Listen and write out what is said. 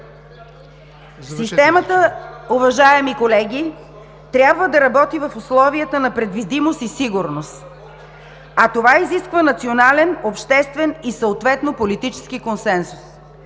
Системата, уважаеми колеги, трябва да работи в условията на предвидимост и сигурност, а това изисква национален, обществен и съответно политически консенсус.